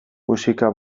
musika